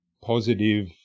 positive